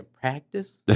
practice